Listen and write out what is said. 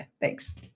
Thanks